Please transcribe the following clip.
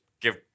give